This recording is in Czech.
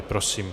Prosím.